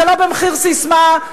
זה לא במחיר ססמה,